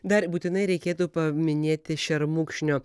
dar būtinai reikėtų paminėti šermukšnio